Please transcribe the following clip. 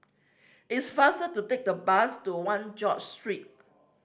it's faster to take the bus to One George Street